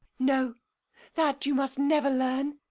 no that you must never learn,